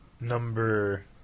Number